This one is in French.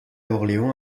orléans